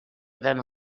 than